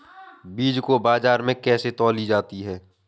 बीज को बाजार में कैसे तौली जाती है?